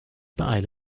beeile